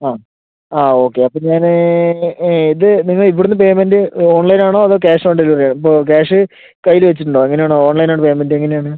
ആ ആ ഓക്കെ അപ്പം ഞാന് ഈ ഇത് നിങ്ങൾ ഇവിടുന്ന് പേയ്മെൻറ്റ് ഓൺലൈൻ ആണോ അതോ ക്യാഷ് ഓൺ ഡെലിവറിയാ അപ്പം ക്യാഷ് കൈയ്യില് വെച്ചിട്ട് ഉണ്ടോ എങ്ങനെ ആണ് ഓൺലൈനാ പേയ്മെൻറ്റ് എങ്ങനെയാണ്